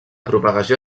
propagació